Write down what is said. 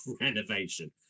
renovation